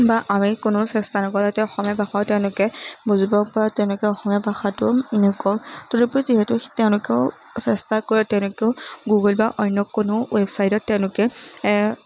বা আমি কোনো চেষ্টা নকৰো যাতে অসমীয়া ভাষাও তেওঁলোকে বুজিব বা তেওঁলোকে অসমীয়া ভাষাটো তদুপৰি যিহেতু তেওঁলোকেও চেষ্টা কৰে তেওঁলোকেও গুগল বা অন্য কোনো ৱেবছাইটত তেওঁলোকে